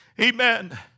Amen